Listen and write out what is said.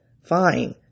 Fine